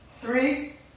three